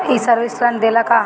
ये सर्विस ऋण देला का?